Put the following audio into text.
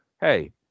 hey